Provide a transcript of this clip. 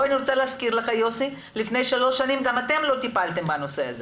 אני רוצה להזכיר לך יוסי שלפני שלוש שנים גם אתם לא טיפלתם בנושא הזה